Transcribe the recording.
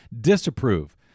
disapprove